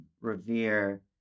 revere